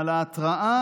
על ההתראה